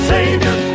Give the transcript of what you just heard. Savior